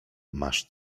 masz